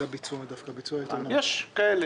יש כאלה,